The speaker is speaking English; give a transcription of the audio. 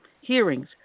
hearings